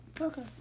Okay